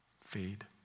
fade